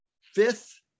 fifth